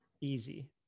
Easy